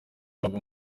babo